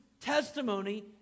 testimony